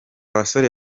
basore